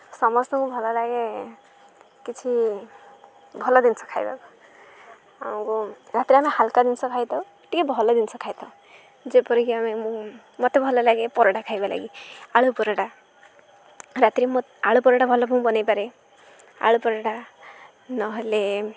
ସମସ୍ତଙ୍କୁ ଭଲ ଲାଗେ କିଛି ଭଲ ଜିନିଷ ଖାଇବାକୁ ଆଉ ରାତିରେ ଆମେ ହାଲକା ଜିନିଷ ଖାଇଥାଉ ଟିକିଏ ଭଲ ଜିନିଷ ଖାଇଥାଉ ଯେପରିକି ଆମେ ମୁଁ ମୋତେ ଭଲ ଲାଗେ ପରଟା ଖାଇବା ଲାଗି ଆଳୁ ପରଟା ରାତିରେ ମୁଁ ଆଳୁ ପରଟା ଭଲ ମୁଁ ବନାଇପାରେ ଆଳୁ ପରଟା ନହେଲେ